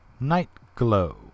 Nightglow